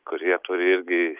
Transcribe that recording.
kurie turi irgi